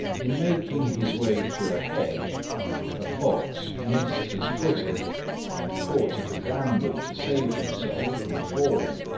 in making his way through a hedge a fox missed his footing and caught at a bramble to save himself from falling.